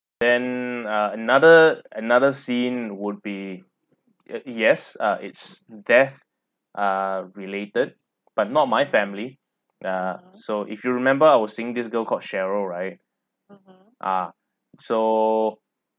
then uh another another scene would be ya yes uh it's death uh related but not my family ya so if you remember I was seeing this girl called cheryl right ah so